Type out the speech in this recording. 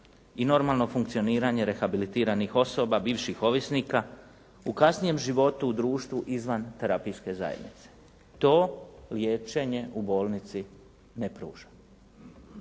i normalno funkcioniranje rehabilitiranih osoba bivših ovisnika u kasnijem životu u društvu izvan terapijske zajednice. To liječenje u bolnici ne pruža.